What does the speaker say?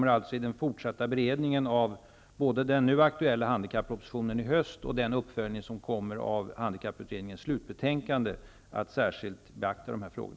I den fortsatta beredningen av den nu aktuella handikappropositionen i höst och den uppföljning som sker av handikapputredningens slutbetänkande kommer jag att särskilt beakta dessa frågor.